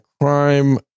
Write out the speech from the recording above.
crime